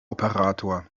operator